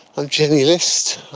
ah jenny list.